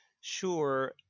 sure